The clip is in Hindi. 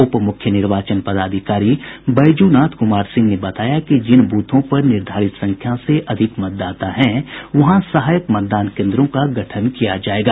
उप मुख्य निर्वाचन पदाधिकारी बैजूनाथ कुमार सिंह ने बताया कि जिन बूथों पर निर्धारित संख्या से अधिक मतदाता हैं वहां सहायक मतदान केन्द्रों का गठन किया जायेगा